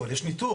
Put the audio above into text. אבל יש ניטור.